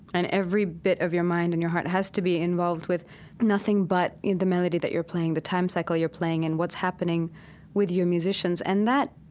and every bit of your mind and your heart has to be involved with nothing but the melody that you're playing, the time cycle you're playing, and what's happening with your musicians. and that